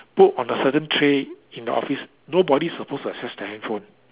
put on the certain tray in the office nobody supposed to access their handphone